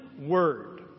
word